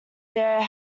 there